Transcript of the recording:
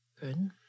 Good